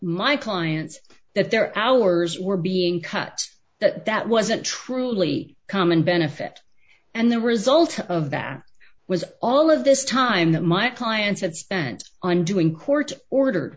my clients that their hours were being cuts that that was a truly common benefit and the result of that was all of this time that my clients had spent on doing court order